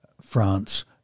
France